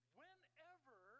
whenever